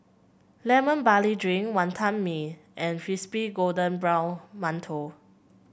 Lemon Barley Drink Wonton Mee and Crispy Golden Brown Mantou